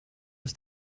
ist